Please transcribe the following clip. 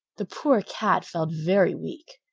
the poor cat felt very weak,